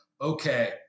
okay